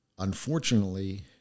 Unfortunately